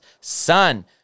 son